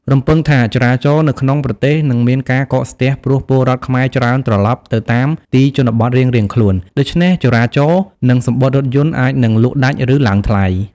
រំពឹងថាចរាចរណ៍នៅក្នុងប្រទេសនឹងមានការកកស្ទះ ព្រោះពលរដ្ឋខ្មែរច្រើនត្រឡប់ទៅតាមទីជនបទរៀងៗខ្លួន ដូច្នេះចរាចរណ៍ និងសំបុត្ររថយន្តអាចនឹងលក់ដាច់ ឬ ឡើងថ្លៃ។